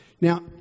Now